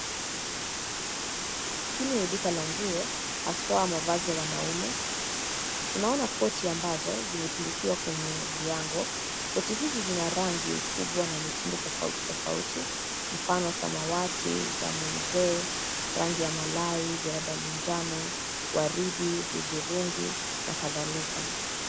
Hili ni duka la nguo haswa mavazi ya wanaume, tunaona koti ambazo zimetundukiwa kwenye viango. Koti hizi zina rangi ya ukubwa na mitindo tofauti tofauti mfano samawati, damu mzee, rangi la malai, jeredani njano, waridi, hudhurungi na kadhalika.